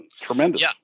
Tremendous